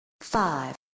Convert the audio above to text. Five